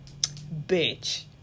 Bitch